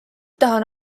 tahan